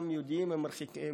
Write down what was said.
מרחיקי לכת.